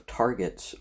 targets